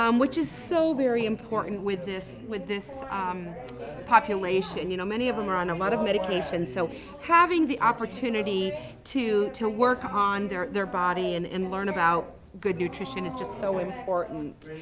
um which is so very important with this with this um population. you know many of them are on a lot of medication, so having the opportunity to to work on their their body and and learn about good nutrition is just so important.